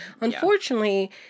unfortunately